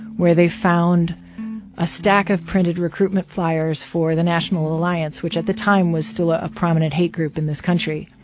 where they found a stack of printed recruitment flyers for the national alliance, which at the time was still ah a prominent hate group in this country.